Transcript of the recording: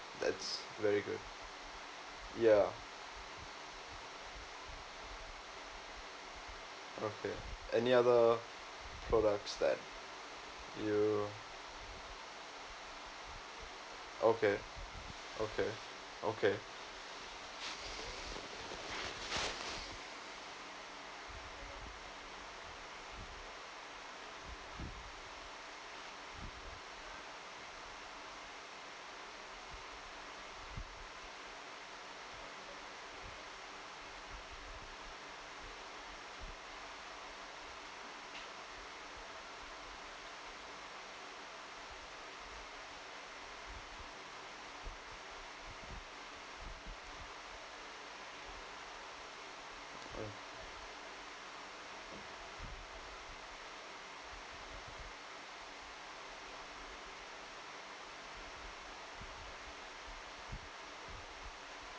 that's very good ya okay any other products that you okay okay okay mm